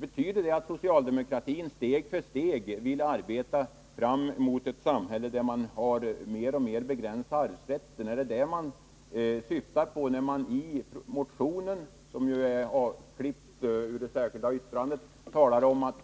Betyder det att socialdemokratin steg för steg vill arbeta fram ett samhälle, där man får en allt starkare begränsning av arvsrätten? Är det detta som man åsyftar när man i motionen — som ju är klippt ur det särskilda yttrandet — skriver att